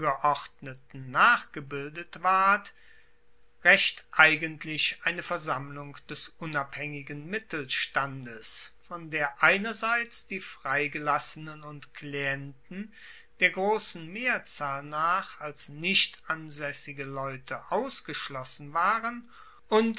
nachgebildet ward recht eigentlich eine versammlung des unabhaengigen mittelstandes von der einerseits die freigelassenen und klienten der grossen mehrzahl nach als nicht ansaessige leute ausgeschlossen waren